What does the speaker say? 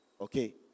okay